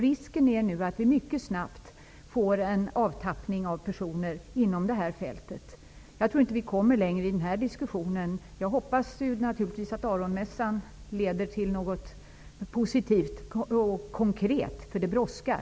Risken är nu att vi mycket snabbt får en avtappning av personer inom det här fältet. Jag tror inte att vi kommer längre i den här diskussionen. Jag hoppas naturligtvis att Arosmässan leder till något positivt och konkret, för det brådskar.